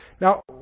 Now